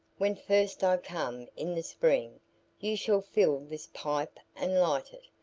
when first i come in the spring you shall fill this pipe and light it,